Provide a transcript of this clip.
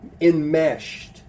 enmeshed